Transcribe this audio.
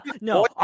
no